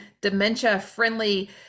dementia-friendly